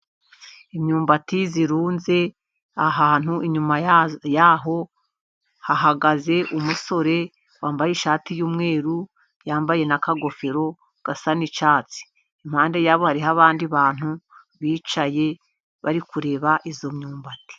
Imyumbati irunze ahantu, inyuma yaho hahagaze umusore wambaye ishati y'umweru yambaye na kagofero gasa n'icyatsi, impande yabo hariho abandi bantu bicaye bari kureba iyo myumbati.